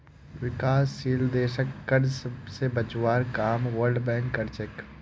विकासशील देशक कर्ज स बचवार काम वर्ल्ड बैंक कर छेक